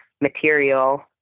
material